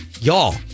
y'all